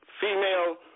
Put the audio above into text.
Female